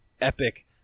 epic